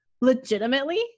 legitimately